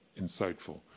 insightful